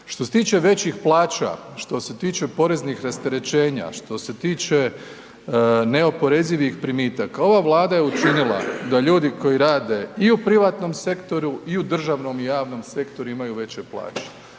Što se tiče većih plaća, što se tiče poreznih rasterećenja, što se tiče neoporezivih primitaka ova Vlada je učinila da ljudi koji rade i u privatnom sektoru i u državnom i javnom sektoru imaju veće plaće.